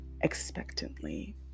expectantly